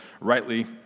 rightly